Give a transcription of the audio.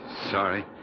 Sorry